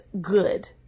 good